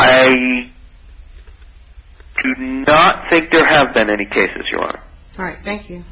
i think there have been any cases you are right thank you